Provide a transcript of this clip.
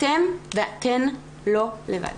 אתם ואתן לא לבד.